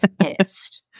pissed